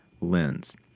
lens